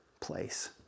place